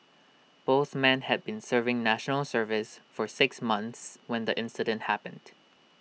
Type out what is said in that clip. both men had been serving National Service for six months when the incident happened